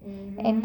mmhmm